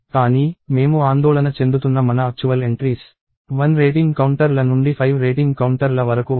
కానీ మేము ఆందోళన చెందుతున్న మన అక్చువల్ ఎంట్రీస్ 1 రేటింగ్ కౌంటర్ల నుండి 5 రేటింగ్ కౌంటర్ల వరకు ఉంటాయి